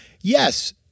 Yes